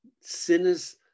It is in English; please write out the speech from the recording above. sinners